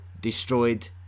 destroyed